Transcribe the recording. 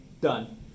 Done